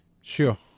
sure